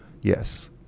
Yes